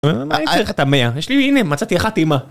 אני צריך את המאה, יש לי, הנה מצאתי אחת טעימה